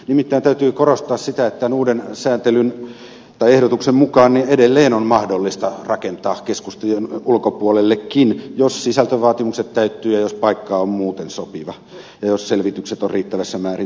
nimittäin täytyy korostaa sitä että tämän uuden ehdotuksen mukaan edelleen on mahdollista rakentaa keskustojen ulkopuolellekin jos sisältövaatimukset täyttyvät ja jos paikka on muuten sopiva ja jos selvitykset on riittävässä määrin tehty